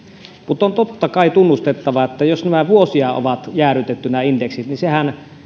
mutta on totta kai tunnustettava että jos nämä indeksit ovat vuosia jäädytettyinä niin sehän